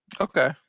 Okay